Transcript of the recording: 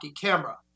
camera